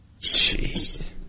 Jeez